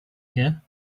here